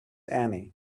annie